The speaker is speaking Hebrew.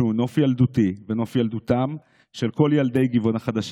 שהוא נוף ילדותי ונוף ילדותם של כל ילדי גבעון החדשה.